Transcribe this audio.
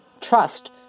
trust